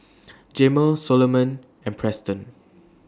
Jamel Soloman and Preston